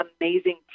amazing